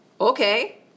Okay